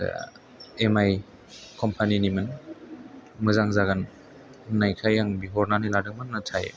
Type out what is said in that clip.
M I कम्पानिनिमोन मोजां जागोन होननायखाय आं बिहरनानै लादोंमोन नाथाय